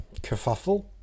kerfuffle